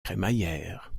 crémaillère